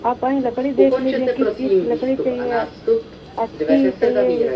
अपनी लकड़ी देख लीजिए किस चीज़ की लकड़ी चाहिए अच्छी चाहिए